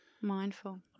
mindful